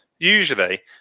Usually